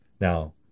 Now